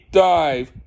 dive